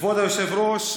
כבוד היושב-ראש,